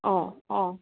অঁ অঁ